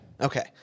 Okay